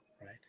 right